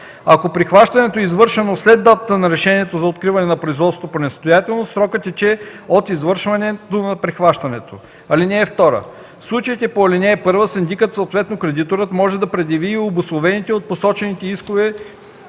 Ако прихващането е извършено след датата на решението за откриване на производството по несъстоятелност, срокът тече от извършването на прихващането. (2) В случаите по ал. 1 синдикът, съответно кредиторът може да предяви и обусловените от посочените искове